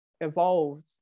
evolved